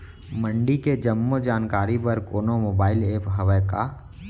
मंडी के जम्मो जानकारी बर कोनो मोबाइल ऐप्प हवय का?